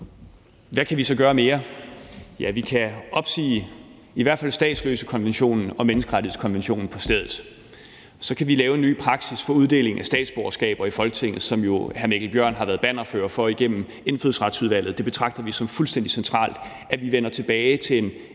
Hvad kan vi så gøre mere? Ja, vi kan opsige i hvert fald statsløsekonventionen og menneskerettighedskonventionen på stedet. Så kan vi lave en ny praksis for uddeling af statsborgerskaber i Folketinget, som hr. Mikkel Bjørn jo har været bannerfører for i Indfødsretsudvalget. Og vi betragter det som fuldstændig centralt, at vi vender tilbage til en